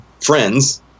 friends